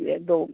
یہ تو